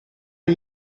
are